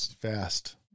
Fast